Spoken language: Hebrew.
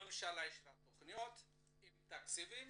הממשלה אישרה את התכניות עם התקציבים,